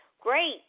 great